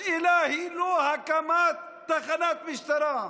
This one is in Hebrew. השאלה היא לא הקמת תחנות משטרה.